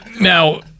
Now